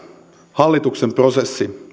hallituksen prosessi